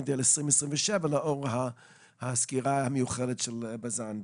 ל-2027 לאור הסגירה המיוחלת של בזן בקרוב.